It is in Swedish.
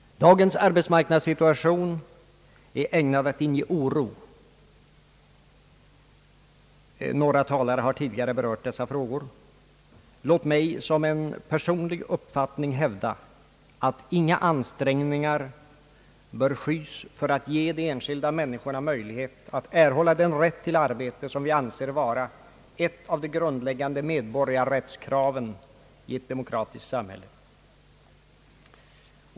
Dagens arbetsmarknadssituation är ägnad att inge oro. Några talare har tidigare berört dessa frågor. Som en personlig uppfattning vill jag hävda, att inga ansträngningar bör skys för att ge de enskilda människorna möjlighet att erhålla den rätt till arbete som vi anser vara ett av de grundläggande medborgarrättskraven i ett demokratiskt samhälle.